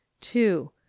two